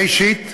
ראשית,